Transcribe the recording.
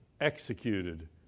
executed